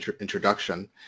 introduction